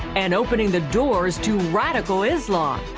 and opening the doors to radical islam.